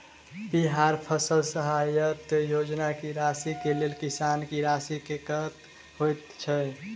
बिहार फसल सहायता योजना की राशि केँ लेल किसान की राशि कतेक होए छै?